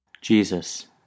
Jesus